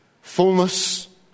fullness